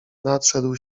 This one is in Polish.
nadszedł